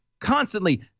constantly